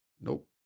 Nope